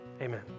Amen